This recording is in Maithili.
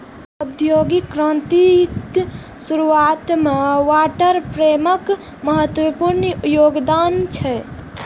औद्योगिक क्रांतिक शुरुआत मे वाटर फ्रेमक महत्वपूर्ण योगदान छै